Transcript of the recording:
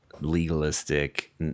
legalistic